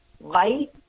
light